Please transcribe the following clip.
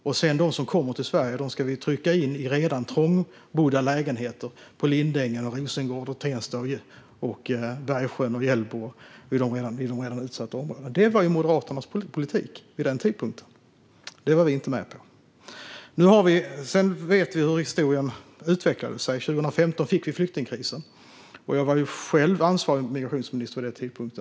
Och de som kommer till Sverige ska man trycka in i redan trångbodda lägenheter på Lindängen, i Rosengård, i Tensta, i Bergsjön och i Hjällbo - alltså i de redan utsatta områdena. Det var Moderaternas politik vid denna tidpunkt. Det var vi inte med på. Sedan vet vi hur historien utvecklade sig. År 2015 fick vi flyktingkrisen. Jag var ansvarig migrationsminister vid denna tidpunkt.